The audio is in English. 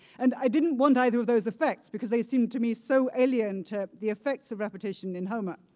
and i didn't want either of those effects because they seemed to me so alien to the effects of repetition in homer.